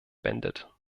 bendit